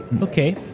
Okay